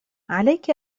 عليك